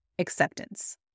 Acceptance